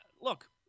Look